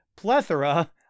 plethora